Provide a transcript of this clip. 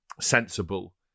sensible